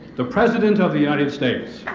the president of the united states